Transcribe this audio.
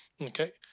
Okay